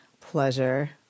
pleasure